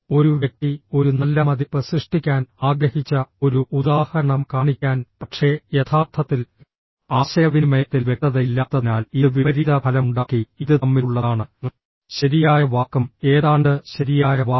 ഒരു വ്യക്തി ഒരു നല്ല മതിപ്പ് സൃഷ്ടിക്കാൻ ആഗ്രഹിച്ച ഒരു ഉദാഹരണം കാണിക്കാൻ പക്ഷേ യഥാർത്ഥത്തിൽ ആശയവിനിമയത്തിൽ വ്യക്തതയില്ലാത്തതിനാൽ ഇത് വിപരീത ഫലമുണ്ടാക്കി ഇത് തമ്മിലുള്ളതാണ് ശരിയായ വാക്കും ഏതാണ്ട് ശരിയായ വാക്കും